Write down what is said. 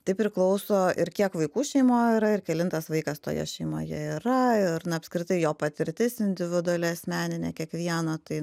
tai priklauso ir kiek vaikų šeimoj yra ir kelintas vaikas toje šeimoje yra ir na apskritai jo patirtis individuali asmeninė kiekvieno tai